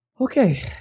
Okay